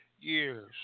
years